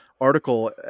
article